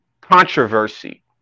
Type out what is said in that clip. controversy